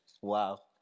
Wow